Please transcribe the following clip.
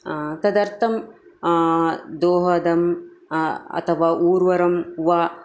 तदर्थं दोहदं अथवा ऊर्वरं वा